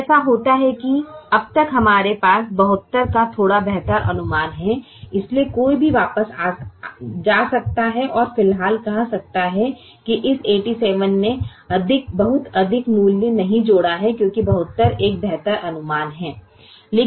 अब ऐसा होता है कि अब तक हमारे पास 72 का थोड़ा बेहतर अनुमान है इसलिए कोई भी वापस जा सकता है और फिलहाल कह सकते है इस 87 ने बहुत अधिक मूल्य नहीं जोड़ा है क्योंकि 72 एक बेहतर अनुमान है